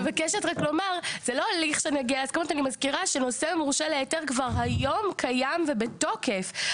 אני מזכירה שנושא המורשה להיתר כבר היום קיים ובתוקף.